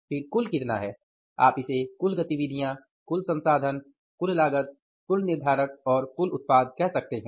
फिर कुल कितना है आप इसे कुल गतिविधियां कुल संसाधन कुल लागत कुल निर्धारक और कुल उत्पाद कह सकते हैं